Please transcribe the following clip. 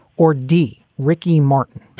or d, ricky martin